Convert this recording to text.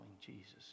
Jesus